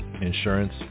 insurance